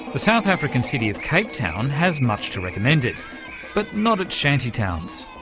the south african city of cape town has much to recommend it. but not its shanty towns.